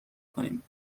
کنیم